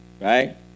Right